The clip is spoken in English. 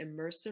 immersive